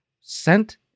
sent